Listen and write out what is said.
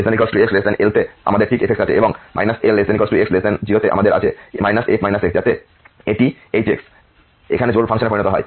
আসুন আমরা বলি নতুন ফাংশনটি হল h যেমন 0≤x L তে আমাদের ঠিক f আছে এবং L≤x 0 তে আমাদের আছে f যাতে এটি h এখন জোড় ফাংশনে পরিণত হয়